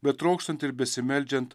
betrokštant ir besimeldžiant